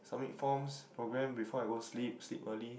submit forms program before I go to sleep sleep early